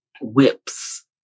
Whips